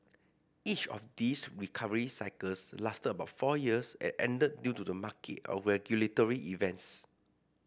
each of these recovery cycles lasted about four years and ended due to market or regulatory events